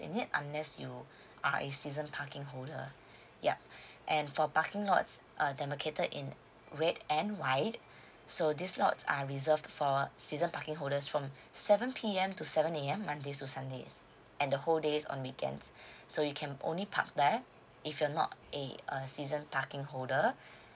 in it unless you are a season parking holder yup and for parking lots uh demarcated in red and white so these lots I reserved for season parking holders from seven P_M to seven A_M mondays to sundays and the whole days on weekends so you can only park there if you're not a uh season parking holder